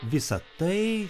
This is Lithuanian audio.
visa tai